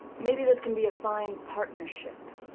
maybe this can be a fine partnership.